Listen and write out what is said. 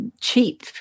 cheap